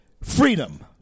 freedom